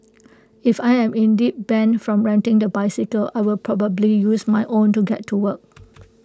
if I am indeed banned from renting the bicycle I will probably use my own to get to work